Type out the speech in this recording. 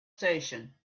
station